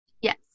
Yes